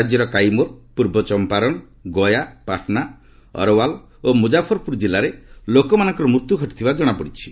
ରାଜ୍ୟର କାଇମୁର ପୂର୍ବ ଚମ୍ପାରନ୍ ଗୟା ପାଟନା ଅର୍ୱାଲ୍ ଓ ମୁକାଫର୍ପୁର ଜିଲ୍ଲାରେ ଲୋକମାନଙ୍କର ମୃତ୍ୟୁ ଘଟିଥିବା ଜଣାପଡ଼ିଛି